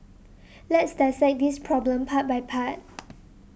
let's dissect this problem part by part